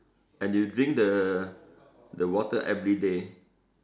and u drink the the water everyday